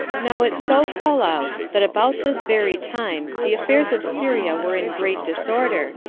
now it so fell out, that about this very time the affairs of syria were in great disorder,